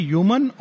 Human